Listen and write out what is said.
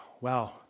wow